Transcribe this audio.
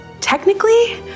technically